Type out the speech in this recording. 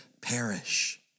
perish